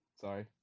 sorry